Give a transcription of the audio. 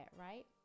Right